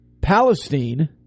Palestine